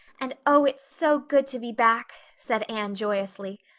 and oh, it's so good to be back, said anne joyously.